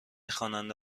خواننده